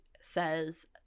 says